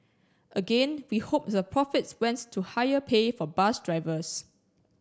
again we hope the profits went to higher pay for bus drivers